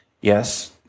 Yes